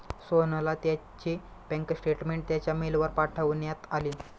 सोहनला त्याचे bank statement त्याच्या मेलवर पाठवण्यात आले